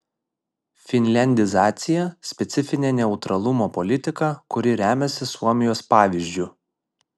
finliandizacija specifinė neutralumo politika kuri remiasi suomijos pavyzdžiu